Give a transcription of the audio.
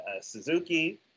Suzuki